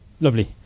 Lovely